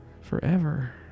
Forever